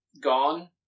gone